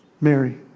Mary